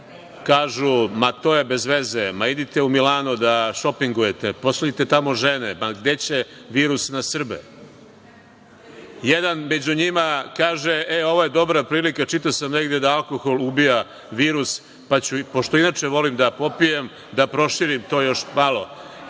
Kažu – ma, to je bezveze, idite u Milano da šopingujete, pošaljite tamo žene, ma gde će virus na Srbe. Jedan među njima kaže – e, ovo je dobra prilika, čitao sam negde da alkohol ubija virus, pa ću, pošto inače volim da popijem, da proširim to još malo.